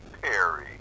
Perry